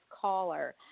caller